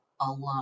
alone